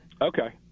Okay